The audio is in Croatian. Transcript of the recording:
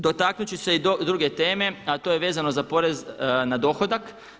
Dotaknuti ću se i druge teme, a to je vezano za porez na dohodak.